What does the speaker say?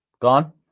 gone